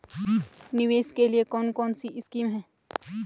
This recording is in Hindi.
निवेश के लिए कौन कौनसी स्कीम हैं?